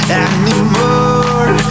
anymore